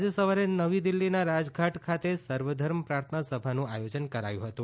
આજે સવારે નવી દિલ્હીના રાજધાટ ખાતે સર્વધર્મ પ્રાર્થના સભાનું આયોજન કરાયું હતું